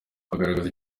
agaragaza